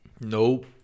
Nope